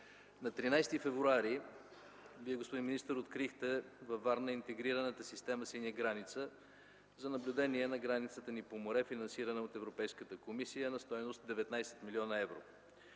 На 13 февруари 2011 г. Вие, господин министър, открихте във Варна Интегрираната система „Синя граница” за наблюдение на границата ни по море, финансирана от Европейската комисия на стойност 19 млн. евро.